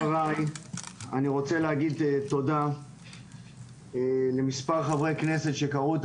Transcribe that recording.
בתחילת דבריי אני רוצה להגיד תודה למספר חברי כנסת שקראו את